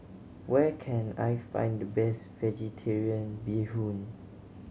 where can I find the best Vegetarian Bee Hoon